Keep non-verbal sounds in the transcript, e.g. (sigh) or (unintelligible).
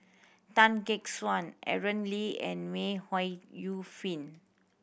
Tan Gek Suan Aaron Lee and May (unintelligible) Yu Fen